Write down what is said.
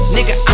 Nigga